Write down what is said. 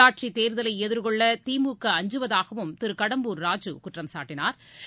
உள்ளாட்சித் தேர்தலைதிர்கொள்ளதிமுக அஞ்சுவதாகவும் திருகடம்பூர் ராஜ் குற்றம்சாட்டனா்